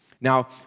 Now